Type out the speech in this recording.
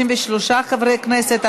32 חברי כנסת,